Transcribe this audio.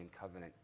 covenant